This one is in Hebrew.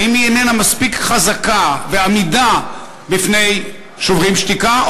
האם היא איננה מספיק חזקה ועמידה בפני "שוברים שתיקה",